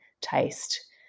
taste